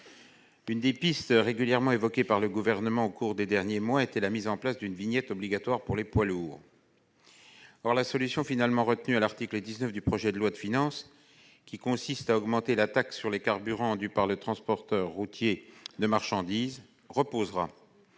L'une des pistes régulièrement évoquée par le Gouvernement aucours des derniers mois est la mise en place d'une vignette obligatoire pour les poids lourds. Or la solution finalement retenue à l'article 19, qui consiste à augmenter la taxe sur les carburants due par le transporteur routier de marchandises reposera